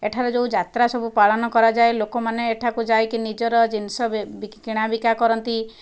ଏଠାରେ ଯେଉଁ ଯାତ୍ରା ସବୁ ପାଳନ କରାଯାଏ ଲୋକମାନେ ଏଠାକୁ ଯାଇକି ନିଜର ଜିନିଷ ବିକା କିଣାବିକା କରନ୍ତି